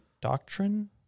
doctrine